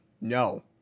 No